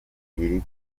iri